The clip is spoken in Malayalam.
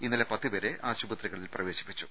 ഇന്നലെ പത്തുപേരെ ആശുപത്രികളിൽ പ്രവേശി പ്പിച്ചു